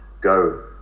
go